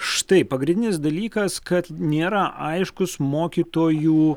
štai pagrindinis dalykas kad nėra aiškus mokytojų